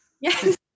Yes